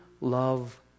love